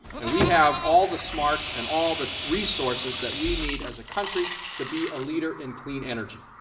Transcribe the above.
and we have all the smarts and all the resources that we need as a country to be a leader in clean energy.